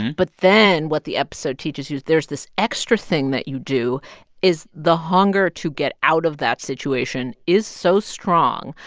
but then, what the episode teaches you is there's this extra thing that you do is the hunger to get out of that situation is so strong,